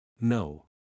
No